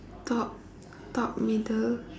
top top middle